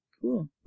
Cool